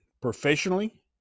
professionally